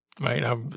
right